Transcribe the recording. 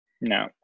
No